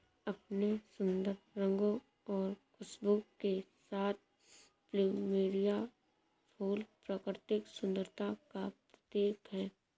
अपने सुंदर रंगों और खुशबू के साथ प्लूमेरिअ फूल प्राकृतिक सुंदरता का प्रतीक है